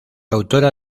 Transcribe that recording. autora